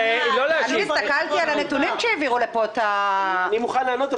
אני הסתכלתי על הנתונים כשהעבירו לפה --- אני מוכן לענות,